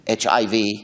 HIV